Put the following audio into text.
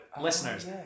listeners